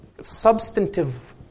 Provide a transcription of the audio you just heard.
substantive